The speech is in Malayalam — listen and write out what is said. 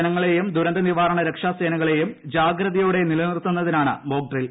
ജനങ്ങളെയും ദുരന്ത നിവാരണ രക്ഷാസേനകളെയും ജാഗ്രതയോടെ നിലനിർത്തുന്നതിനാണ് മോക്ഡ്രിൽ